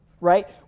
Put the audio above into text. right